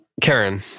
Karen